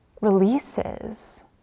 releases